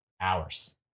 hours